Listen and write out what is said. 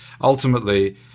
ultimately